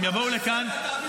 הם יבואו לכאן -- מה תעשה?